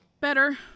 Better